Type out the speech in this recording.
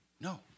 No